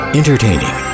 entertaining